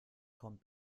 kommt